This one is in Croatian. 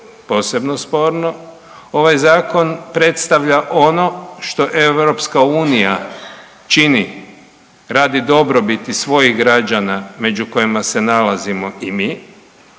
posebno sporno. Ovaj Zakon predstavlja ono što EU čini radi dobrobiti svojih građana među kojima se nalazimo i mi,